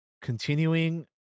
continuing